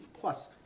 plus